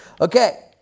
Okay